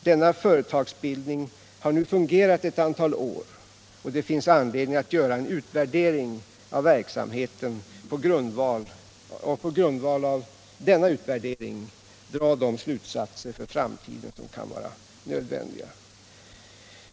Denna företagsbildning har nu fungerat ett antal år, och det finns anledning att göra en utvärdering av verksamheten och på grundval av denna dra de slutsatser för framtiden som kan vara nödvändiga.